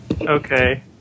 Okay